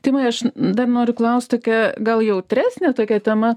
timai aš dar noriu klausti ką gal jautresnė tokia tema